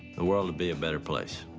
the world be a better place.